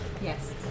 Yes